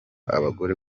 abagore